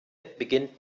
beginnt